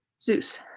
Zeus